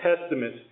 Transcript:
Testament